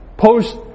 post